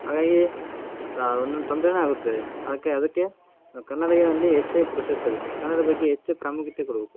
ಹಾಗಾಗಿ ತ ಏನು ತೊಂದರೆನು ಆಗುತ್ತದೆ ಅದಕ್ಕೆ ಅದಕ್ಕೆ ಕನ್ನಡ ಏ ಅಲ್ಲಿ ಹೆಚ್ಚಾಯ್ ಪ್ರೋತ್ಸಾಹಿಸಬೇಕು ಕನ್ನಡ ಬಗ್ಗೆ ಹೆಚ್ಚು ಪ್ರಾಮುಖ್ಯತೆ ಕೊಡಬೇಕು